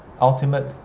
ultimate